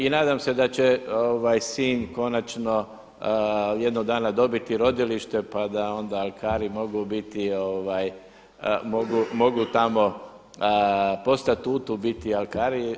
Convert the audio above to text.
I nadam se da će Sinj konačno jednog dana dobiti rodilište pa da onda alkari mogu biti, mogu tamo postati … biti alkari.